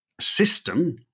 system